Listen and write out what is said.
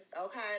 okay